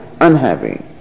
unhappy